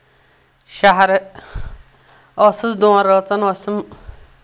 شہرٕ ٲسٕس دۄن رٲژن ٲسِم